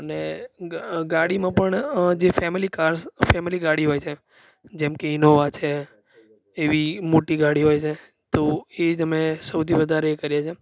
અને ગાડીમાં પણ જે ફેમિલી કાર કાર્સ ફેમિલી ગાડી હોય છે જેમ કે ઈનોવા છે એવી મોટી ગાડી હોય છે તો એ જ અમે સૌથી વધારે કરીએ છે